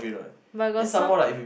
but got some